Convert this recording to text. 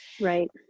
Right